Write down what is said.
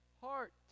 heart